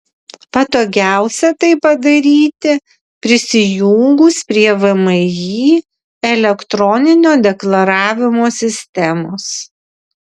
patogiausia tai padaryti prisijungus prie vmi elektroninio deklaravimo sistemos